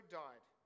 died